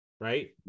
right